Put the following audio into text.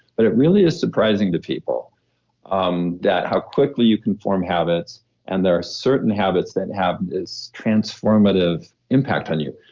but it really is surprising to people um that how quickly you can form habits and there are certain habits that have this transformative impact on you.